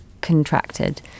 contracted